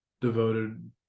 devoted